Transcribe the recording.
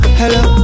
hello